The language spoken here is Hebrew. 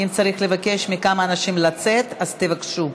אם צריך לבקש מכמה אנשים לצאת, אז תבקשו.